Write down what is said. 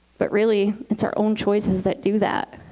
but really, it's our own choices that do that.